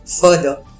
Further